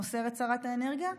מוסרת שרת האנרגיה.